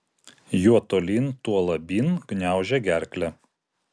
juo tolyn tuo labyn gniaužia gerklę